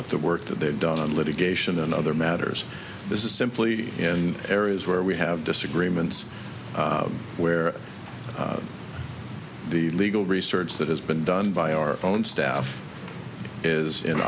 with the work that they've done on litigation and other matters this is simply in areas where we have disagreements where the legal research that has been done by our own staff is in